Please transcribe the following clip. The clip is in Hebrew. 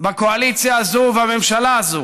בקואליציה הזאת ובממשלה הזו,